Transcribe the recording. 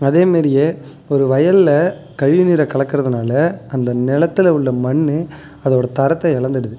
அதே மாரியே ஒரு வயல்ல கழிவு நீரை கலக்கிறதுனால அந்த நிலத்துல உள்ள மண் அதோட தரத்தை இழந்துடுது